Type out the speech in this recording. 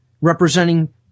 Representing